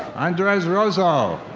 andres rozo.